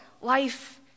life